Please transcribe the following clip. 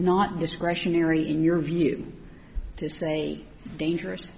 not discretionary in your view to say dangerous